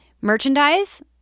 merchandise